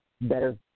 better